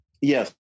yes